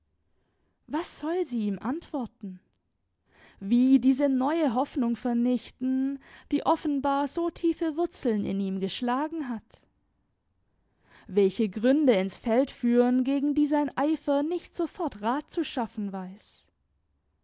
was soll sie ihm antworten wie diese neue hoffnung vernichten die offenbar so tiefe wurzeln in ihm geschlagen hat welche gründe ins feld führen gegen die sein eifer nicht sofort rat zu schaffen weiß